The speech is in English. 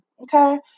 okay